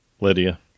Lydia